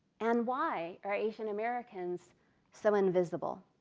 and why are asian americans so invisible?